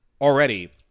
already –